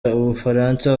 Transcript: bufaransa